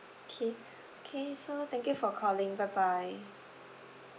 okay okay so thank you for calling bye bye